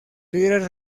líderes